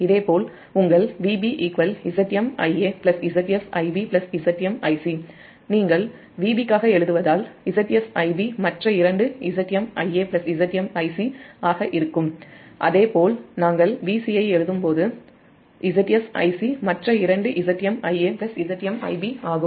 இதேபோல் உங்கள் Vb Zm Ia ZsIb ZmIc நீங்கள் Vb க்காக எழுதுவதால் Zs Ib மற்ற இரண்டு Zm Ia Zm Ic ஆக இருக்கும் அதேபோல் நாங்கள் Vc ஐ எழுதும்போது Zs Ic மற்ற இரண்டு Zm Ia Zm Ib ஆகும்